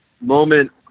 moment